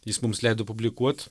jis mums leido publikuot